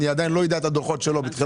אני עדיין לא אדע את הדוחות שלו בתחילת